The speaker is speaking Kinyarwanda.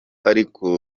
ariko